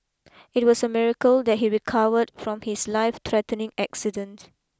it was a miracle that he recovered from his life threatening accident